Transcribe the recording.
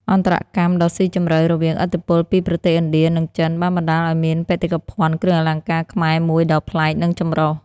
អន្តរកម្មដ៏ស៊ីជម្រៅរវាងឥទ្ធិពលពីប្រទេសឥណ្ឌា និងចិន បានបណ្តាលឱ្យមានបេតិកភណ្ឌគ្រឿងអលង្ការខ្មែរមួយដ៏ប្លែក និងចម្រុះ។